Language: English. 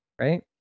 right